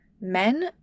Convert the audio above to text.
Men